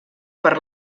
per